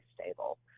stable